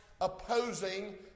opposing